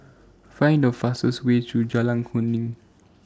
Find The fastest Way to Jalan Kuning